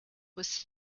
was